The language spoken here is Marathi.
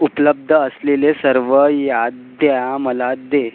उपलब्ध असलेले सर्व याद्या मला दे